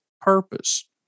purpose